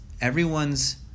everyone's